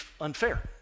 unfair